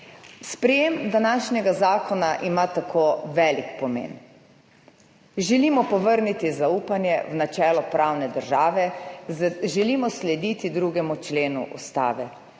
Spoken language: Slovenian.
Sprejetje današnjega zakona ima tako velik pomen. Želimo povrniti zaupanje v načelo pravne države, želimo slediti 2. členu Ustave.